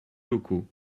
locaux